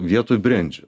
vietoj brendžio